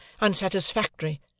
unsatisfactory